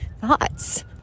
thoughts